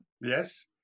Yes